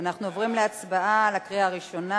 אנחנו עוברים להצבעה בקריאה ראשונה.